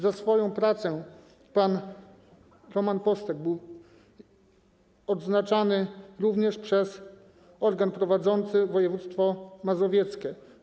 Za swoją pracę pan Roman Postek był odznaczany również przez organ prowadzący województwa mazowieckiego.